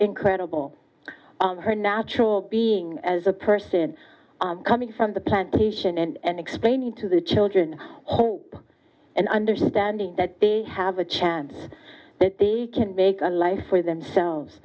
incredible her natural being as a person coming from the plantation and explaining to the children hope and understanding that they have a chance that they can make a life for themselves